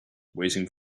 waiting